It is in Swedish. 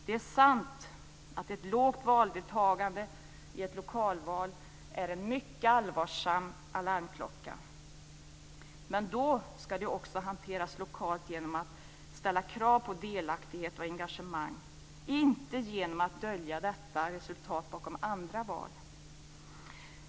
Det är sant att ett lågt valdeltagande i ett lokalval är en mycket allvarlig alarmklocka, men då ska det också hanteras lokalt genom att man ställer krav på delaktighet och engagemang, inte genom att man döljer detta resultat bakom andra val.